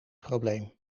probleem